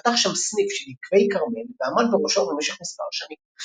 פתח שם סניף של יקבי כרמל ועמד בראשו במשך מספר שנים.